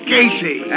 Casey